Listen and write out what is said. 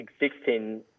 existing